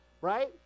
Right